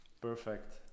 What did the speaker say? perfect